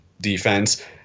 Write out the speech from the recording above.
defense